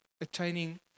attaining